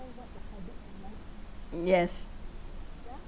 yes